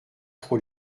trop